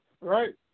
Right